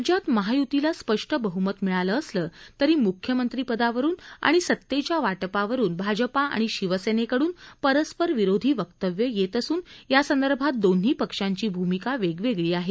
राज्यात महायुतीला स्पष्ट बह्मत मिळालं असलं तरी मुख्यमंत्रीपदावरून आणि सतेच्या वाटपावरून भाजपा आणि शिवसेनेकडून परस्परविरोधी वक्तव्य येत असून यासंदर्भात दोन्ही पक्षांची भूमिका वेगवेगळी आहे